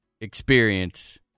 experience